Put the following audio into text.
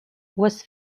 was